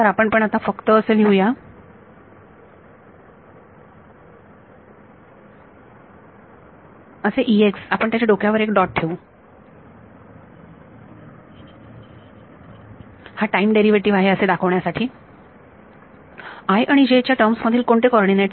तर आपण पण आता फक्त असे लिहू या असे आपण त्याच्या डोक्यावर एक डॉट ठेवू हा टाइम डेरिवेटिव आहे असे दाखवण्यासाठी i आणि j च्या टर्म्स मधील कोणते कॉर्डीनेट